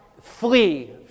flee